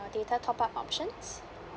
data top up options